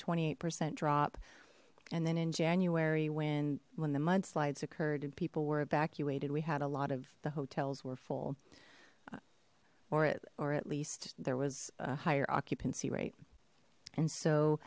twenty eight percent drop and then in january when when the mudslides occurred and people were evacuated we had a lot of the hotels were full or or at least there was a higher occupancy rate and so